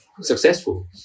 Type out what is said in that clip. successful